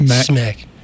smack